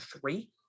three